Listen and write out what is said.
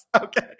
Okay